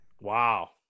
Wow